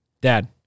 dad